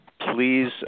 please